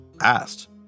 asked